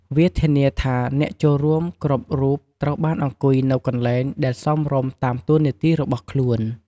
វាធានាថាអ្នកចូលរួមគ្រប់រូបត្រូវបានអង្គុយនៅកន្លែងដែលសមរម្យតាមតួនាទីរបស់ខ្លួន។